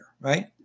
right